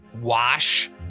wash